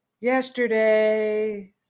Yesterday